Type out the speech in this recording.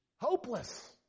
Hopeless